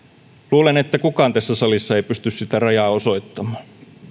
luulen että kukaan tässä salissa ei pysty sitä rajaa osoittamaan